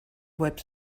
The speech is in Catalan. webs